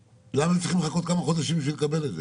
למה הם צריכים לחכות כמה חודשים בשביל לקבל את זה?